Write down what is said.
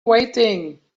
waiting